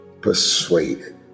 persuaded